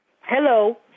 hello